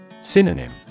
Synonym